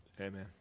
Amen